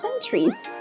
countries